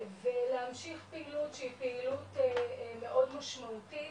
ולהמשיך פעילות שהיא פעילות מאוד משמעותית